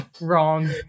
wrong